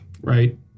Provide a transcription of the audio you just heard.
right